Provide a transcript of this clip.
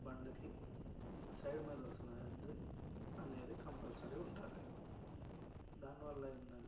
మీ బండికి side mirrors ఉన్నయి రెండు అనేది కంపల్సరి ఉండాలి దానివల్ల ఏందంటే